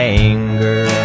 anger